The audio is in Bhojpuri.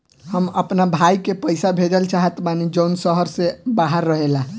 हम अपना भाई के पइसा भेजल चाहत बानी जउन शहर से बाहर रहेला